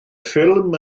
ffilm